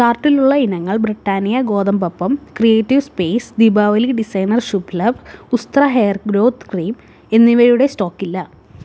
കാർട്ടിലുള്ള ഇനങ്ങൾ ബ്രിട്ടാനിയ ഗോതമ്പ് അപ്പം creative space Deepavali designer Shubh Labh Ustraa hair growth cream എന്നിവയുടെ സ്റ്റോക്ക് ഇല്ല